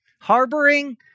Harboring